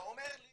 אתה אומר לי